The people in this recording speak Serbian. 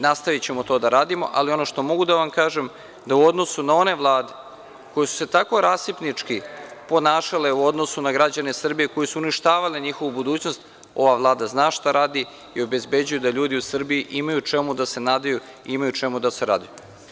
Nastavićemo to da radimo, ali što mogu da vam kažem, je da u odnosu na one vlade koje su se tako rasipnički ponašale u odnosu na građane Srbije, koje su uništavale njihovu budućnost, ova Vlada zna šta radi i obezbeđuje da ljudi u Srbiji imaju čemu da se nadaju, imaju čemu da se raduju.